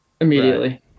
immediately